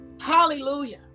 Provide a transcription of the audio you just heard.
hallelujah